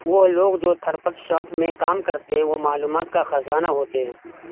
وہ لوگ جوتھرپٹ شاپ میں کام کرتے وہ معلومات کا خزانہ ہوتے ہیں